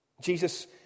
Jesus